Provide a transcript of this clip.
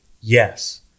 yes